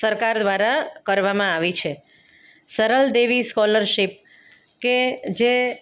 સરકાર દ્વારા કરવામાં આવી છે સરલદેવી સ્કોલરશીપ કે જે